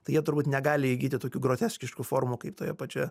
tai jie turbūt negali įgyti tokių groteskiškų formų kaip toje pačioje